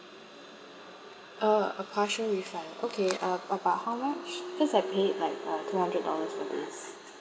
uh a partial refund okay uh about how much cause I paid like uh two hundred dollars for this